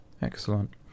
Excellent